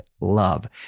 love